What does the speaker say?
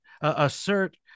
assert